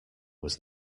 was